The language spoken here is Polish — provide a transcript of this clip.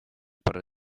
parę